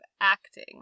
acting